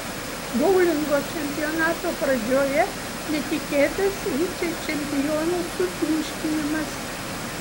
boulingo čempionato pradžioje netikėtas vicečempionų sutriuškinimas